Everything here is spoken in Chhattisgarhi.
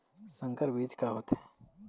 संकर बीज का होथे?